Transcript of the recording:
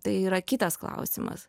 tai yra kitas klausimas